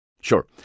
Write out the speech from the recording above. Sure